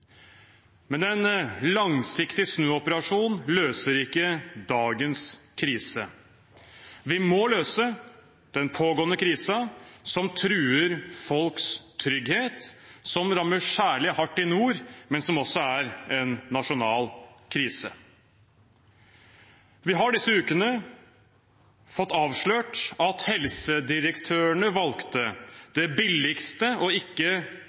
Men den langsiktige snuoperasjonen løser ikke dagens krise. Vi må løse den pågående krisen, som truer folks trygghet, som rammer særlig hardt i nord, men som også er en nasjonal krise. Vi har disse ukene fått avslørt at helsedirektørene valgte det billigste og ikke